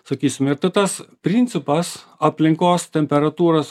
sakysime tai tas principas aplinkos temperatūros